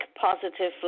positively